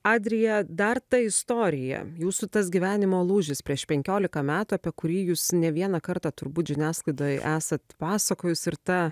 adrija dar ta istorija jūsų tas gyvenimo lūžis prieš penkiolika metų apie kurį jūs ne vieną kartą turbūt žiniasklaidoj esat pasakojus ir ta